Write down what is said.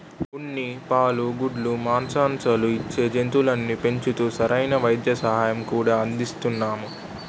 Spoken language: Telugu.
ఉన్ని, పాలు, గుడ్లు, మాంససాలను ఇచ్చే జంతువుల్ని పెంచుతూ సరైన వైద్య సహాయం కూడా అందిస్తున్నాము